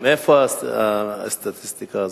פגים, סליחה, מאיפה הסטטיסטיקה הזו?